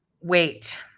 wait